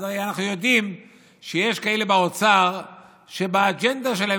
הרי אנחנו יודעים שיש כאלה באוצר שבאג'נדה שלהם